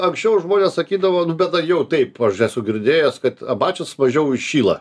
anksčiau žmonės sakydavo nu bet jau taip aš esu girdėjęs kad abačius mažiau įšyla